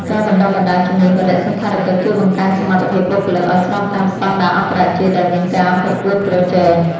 ការបណ្តុះបណ្តាលជំនាញបដិសណ្ឋារកិច្ចជួយបង្កើនសមត្ថភាពបុគ្គលិកឱ្យស្របតាមស្តង់ដារអន្តរជាតិដែលមានការប្រកួតប្រជែង។